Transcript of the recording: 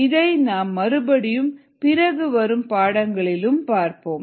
இதை நாம் மறுபடியும் பிறகு வரும் பாடங்களில் பார்ப்போம்